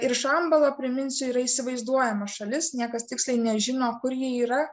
ir šambala priminsiu yra įsivaizduojama šalis niekas tiksliai nežino kur ji yra